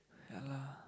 ya lah